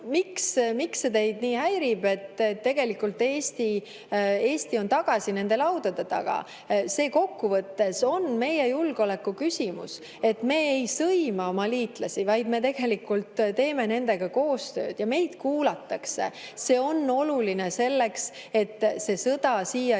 Miks see teid nii häirib, et tegelikult Eesti on tagasi nende laudade taga? See kokkuvõttes on meie julgeoleku küsimus, et me ei sõima oma liitlasi, vaid me tegelikult teeme nendega koostööd ja meid kuulatakse. See on oluline selleks, et see sõda siia